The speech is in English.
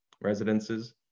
residences